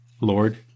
Lord